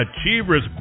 Achievers